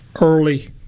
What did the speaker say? early